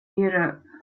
europe